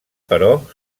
però